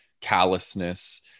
callousness